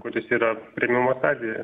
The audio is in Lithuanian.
kuris yra priėmimo stadijoje